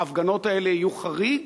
ההפגנות האלה יהיו חריג.